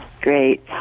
Great